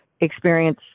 experience